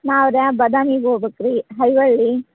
ನಾವಾ ಬಾದಾಮಿಗೆ ಹೋಬೇಕ್ ರೀ ಐಹೊಳೆ